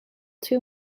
too